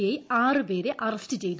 I ആറ് പേരെ arrest ചെയ്തു